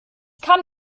kam